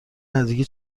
نزدیکی